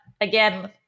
again